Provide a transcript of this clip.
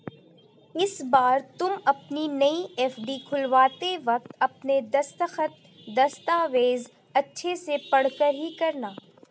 इस बार तुम अपनी नई एफ.डी खुलवाते वक्त अपने दस्तखत, दस्तावेज़ अच्छे से पढ़कर ही करना